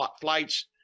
flights